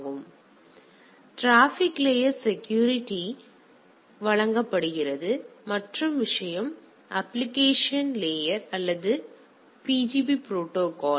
எனவே இது traffic layer security வழங்குகிறது மற்ற விஷயம் அப்ப்ளிகேஷன் லேயர் அல்லது பிஜிபி ப்ரோடோகால்